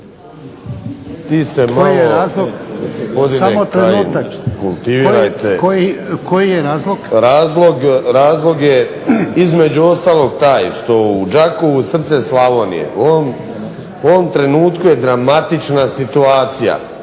Koji je razlog? **Vinković, Zoran (HDSSB)** Razlog je između ostalog taj što u Đakovu srce Slavonije, u ovom trenutku je dramatična situacija,